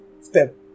step